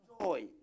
joy